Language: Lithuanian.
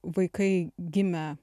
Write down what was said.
vaikai gimę